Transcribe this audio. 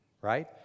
right